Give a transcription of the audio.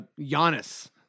Giannis